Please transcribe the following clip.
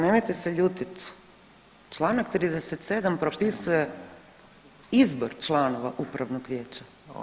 Nemojte se ljutit, čl. 37 propisuje izvor članova upravnog vijeća.